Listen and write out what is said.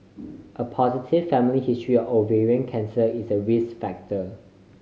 a positive family history of ovarian cancer is a risk factor